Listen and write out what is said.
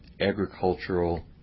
agricultural